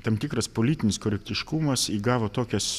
tam tikras politinis korektiškumas įgavo tokias